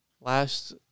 last